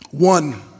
One